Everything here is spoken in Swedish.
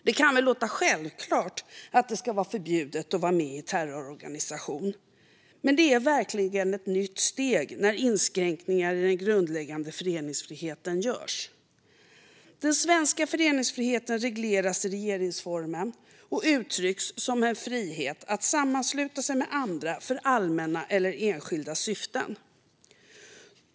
Det kan väl låta självklart att det ska vara förbjudet att vara med i en terrororganisation, men det är verkligen ett nytt steg när inskränkningar görs i den grundläggande föreningsfriheten. Den svenska föreningsfriheten regleras i regeringsformen och uttrycks som en frihet att sammansluta sig med andra för allmänna eller enskilda syften.